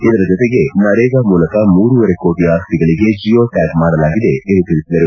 ಇದರ ಜೊತೆಗೆ ನರೇಗಾ ಮೂಲಕ ಮೂರೂವರೆ ಕೋಟ ಆಸ್ತಿಗಳಿಗೆ ಜಿಯೋ ಟ್ಯಾಗ್ ಮಾಡಲಾಗಿದೆ ಎಂದು ತಿಳಿಸಿದರು